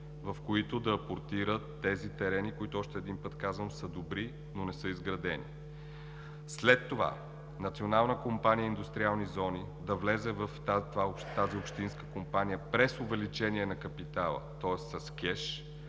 в което да апортира тези терени, които, още веднъж казвам, са добри, но не са изградени. След това, Национална компания „Индустриални зони“ да влезе в тази общинска компания през увеличение на капитала, тоест с кеш.